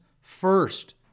first